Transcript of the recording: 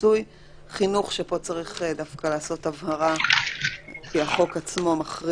מיסוי; חינוך שפה צריך דווקא לעשות הבהרה לחוק עצמו,